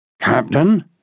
Captain